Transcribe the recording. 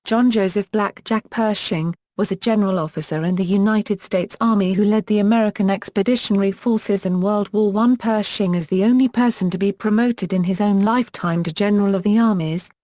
john joseph black jack pershing, was a general officer in the united states army who led the american expeditionary forces in world war i. pershing is the only person to be promoted in his own lifetime to general of the armies,